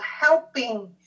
helping